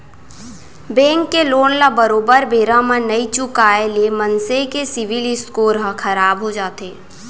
bank के loan ल बरोबर बेरा म नइ चुकाय ले मनसे के सिविल स्कोर ह खराब हो जाथे